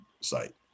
site